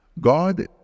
God